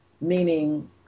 meaning